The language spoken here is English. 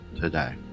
today